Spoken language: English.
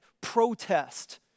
protest